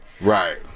Right